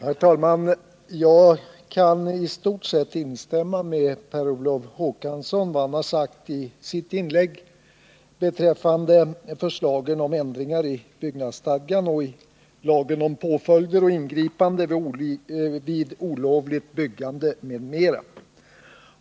Herr talman! Jag kan i stort sett instämma i vad Per Olof Håkansson har sagt i sitt inlägg beträffande förslagen om ändringar i byggnadsstadgan och i lagen om påföljd och ingripande vid olovligt byggande m.m.